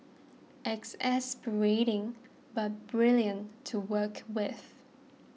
exasperating but brilliant to work with